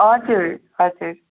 हजुर हजुर